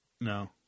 No